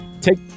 take